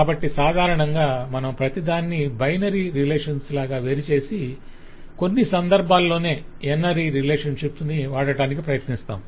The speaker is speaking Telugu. కాబట్టి సాధారణంగా మనం ప్రతిదాన్ని బైనరీ రిలేషన్స్ లాగా వేరుచేసి కొన్ని సందర్భాలలోనే ఎన్ ఆరీ రిలేషన్షిప్ ను వాడటానికి ప్రయత్నిస్తాము